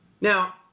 Now